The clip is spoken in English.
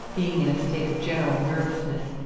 being in a state of general nervousness,